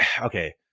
okay